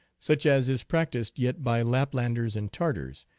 such as is practiced yet by laplanders and tartars,